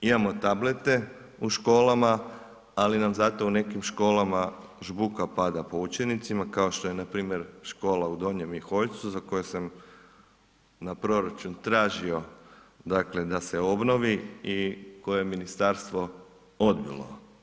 Imamo tablete u školama, ali nam zato u nekim školama žbuka pada po učenicima, kao što je npr. škola u Donjem Miholjcu za koju sam na proračun tražio dakle da se obnovi i koje ministarstvo odbilo.